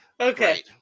Okay